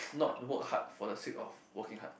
not work hard for the sake of working hard